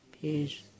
peace